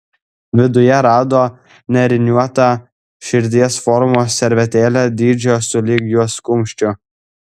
viduje rado nėriniuotą širdies formos servetėlę dydžio sulig jos kumščiu